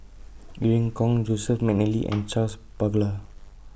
Irene Khong Joseph Mcnally and Charles Paglar